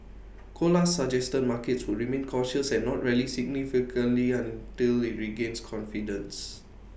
Colas suggested markets would remain cautious and not rally significantly until IT regains confidence